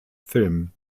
film